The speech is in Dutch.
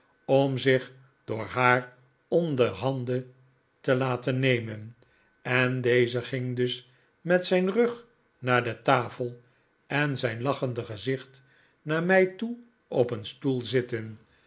om zich door haar onder handen te laten nemen en deze ging dus met zijn rug naar de tafel en zijn lachende gezicht naar mij toe op een stoelzitten